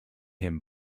him